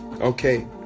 Okay